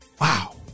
Wow